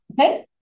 Okay